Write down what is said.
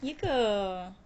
ye ke